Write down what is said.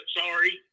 sorry